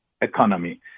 economy